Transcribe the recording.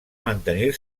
mantenir